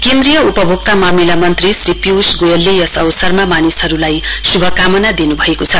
केन्द्रीय उपभोक्ता मामिला मन्त्री श्री पीयूष गोयलले यस अवसरमा मानिसहरुलाई शुभकामना दिनुभएको छ